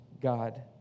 God